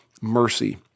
mercy